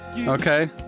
Okay